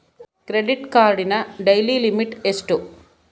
Credit ಕಾರ್ಡಿನ daily limit ಎಷ್ಟು?